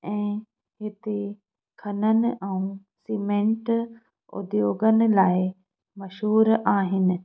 ऐं हिते खनन ऐं सीमेंट उद्योगनि लाइ मशहूरु आहिनि